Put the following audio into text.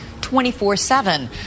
24-7